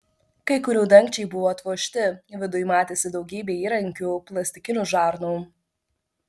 kai kurių dangčiai buvo atvožti viduj matėsi daugybė įrankių plastikinių žarnų